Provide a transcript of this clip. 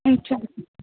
अच्छा